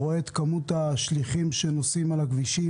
רואה את כמות השליחים שנוסעים על הכבישים